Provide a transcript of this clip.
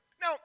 now